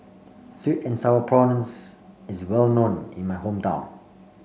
sweet and sour prawns is well known in my hometown